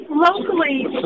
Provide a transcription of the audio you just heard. Locally